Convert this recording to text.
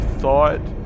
thought